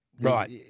Right